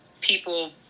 people